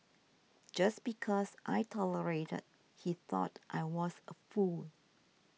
just because I tolerated he thought I was a fool